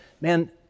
man